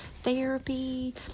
therapy